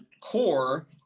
core